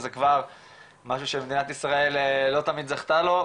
אז זה כבר משהו שמדינת ישראל לא תמיד זכתה לו,